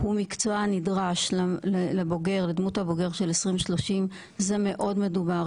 הוא מקצוע נדרש לדמות הבוגר של 2030. זה מאוד מדובר.